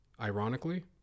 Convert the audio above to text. ironically